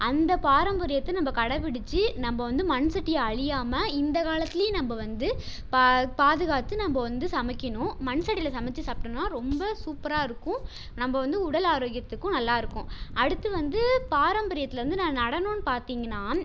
அந்த பாரம்பரியத்தை நம்ம கடைபிடிச்சி நம்ம வந்து மண் சட்டி அழியாம இந்த காலத்திலையும் நம்ம வந்து பா பாதுகாத்து நம்ம வந்து சமைக்கணும் மண் சட்டியில் சமைச்சி சாப்பிட்டோன்னா ரொம்ப சூப்பராக இருக்கும் நம்ம வந்து உடல் ஆரோக்கியதுக்கும் நல்லா இருக்கும் அடுத்து வந்து பாரம்பரியத்தில் வந்து ந நடனம்னு பார்த்திங்ன்னா